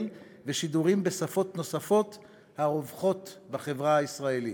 ושידורים בשפות נוספות הרווחות בחברה הישראלית.